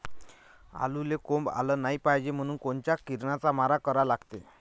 आलूले कोंब आलं नाई पायजे म्हनून कोनच्या किरनाचा मारा करा लागते?